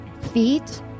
feet